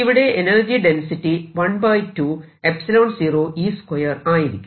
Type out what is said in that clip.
ഇവിടെ energy density 1 2 ϵ0 E2 ആയിരിക്കും